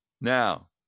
Now